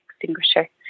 extinguisher